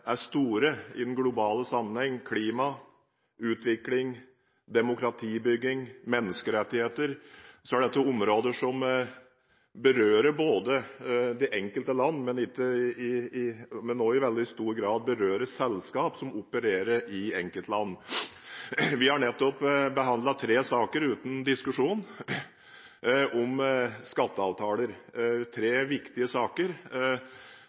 er store i global sammenheng, som klima, utvikling, demokratibygging og menneskerettigheter, er dette områder som berører de enkelte land, men også i veldig stor grad selskaper som opererer i enkeltland. Vi har nettopp uten diskusjon behandlet tre saker om skatteavtaler – tre viktige saker